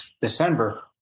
December